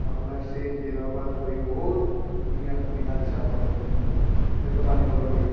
আপোনাৰ চেইন তেইনৰ পৰা ধৰি বহুত ধুনীয়া সুবিধা দিছে আপোনালোকে কিন্তু সেইটো মানিবলগীয়া